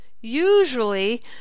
usually